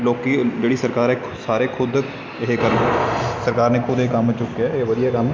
ਲੋਕ ਜਿਹੜੀ ਸਰਕਾਰ ਹੈ ਸਾਰੇ ਖੁਦ ਇਹ ਕੰਮ ਸਰਕਾਰ ਨੇ ਖੁਦ ਇਹ ਕੰਮ ਚੁੱਕਿਆ ਇਹ ਵਧੀਆ ਕੰਮ